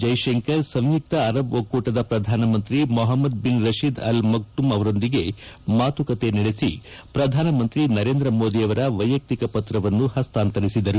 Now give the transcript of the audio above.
ಜೈಶಂಕರ್ ಸಂಯುಕ್ತ ಅರಬ್ ಒಕ್ಕೂಟದ ಪ್ರಧಾನಮಂತ್ರಿ Mohammed bin Rashid Al Maktoum ಅವರೊಂದಿಗೆ ಮಾತುಕತೆ ನಡೆಸಿ ಪ್ರಧಾನಮಂತ್ರಿ ನರೇಂದ್ರ ಮೋದಿ ಅವರ ವೈಯಕ್ತಿಕ ಪ್ರತ್ರವನ್ನು ಹಸ್ತಾಂತರಿಸಿದರು